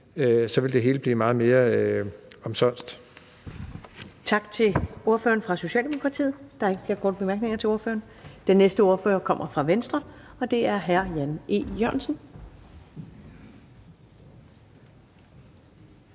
så ville det hele blive meget mere omsonst.